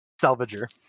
salvager